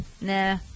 Nah